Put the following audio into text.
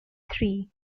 three